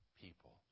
people